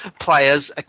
players